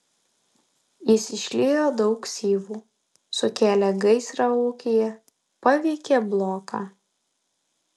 jis išliejo daug syvų sukėlė gaisrą ūkyje paveikė bloką